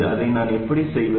அதை நான் எப்படி செய்வது